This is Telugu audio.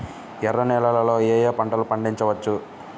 ఎర్ర నేలలలో ఏయే పంటలు పండించవచ్చు?